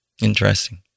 interesting